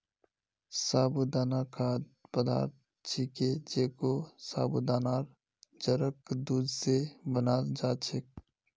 साबूदाना खाद्य पदार्थ छिके जेको साबूदानार जड़क दूध स बनाल जा छेक